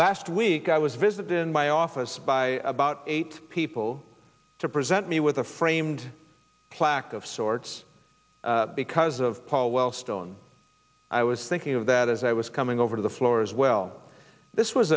last week i was visited in my office by about eight people to present me with a framed plaque of sorts because of paul wellstone i was thinking of that as i was coming over to the floor as well this was